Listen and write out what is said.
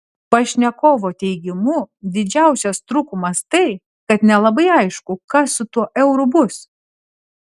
pašnekovo teigimu didžiausias trūkumas tai kad nelabai aišku kas su tuo euru bus